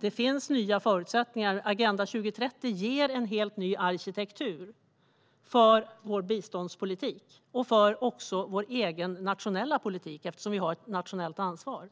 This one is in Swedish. det finns nya förutsättningar. Agenda 2030 ger en helt ny arkitektur för vår biståndspolitik och för vår egen nationella politik, eftersom vi har ett nationellt ansvar.